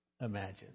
imagine